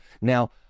Now